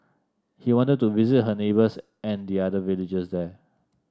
he wanted to visit her neighbours and the other villagers there